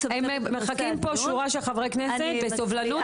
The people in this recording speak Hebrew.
מחכה פה שורה של חברי כנסת בסבלנות.